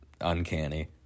uncanny